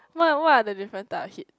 what what are the different type of hit